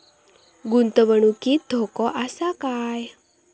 गुंतवणुकीत धोको आसा काय?